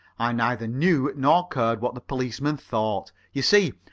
i neither knew nor cared what the policeman thought. you see,